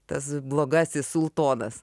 tas blogasis sultonas